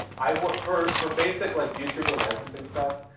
i work for for basic like youtube or licensing stuff.